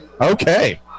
Okay